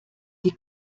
die